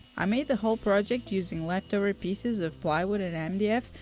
i made the whole project using left over pieces of plywood and mdf,